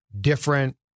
different